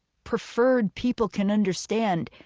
preferred people can understand.